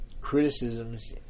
criticisms